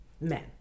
men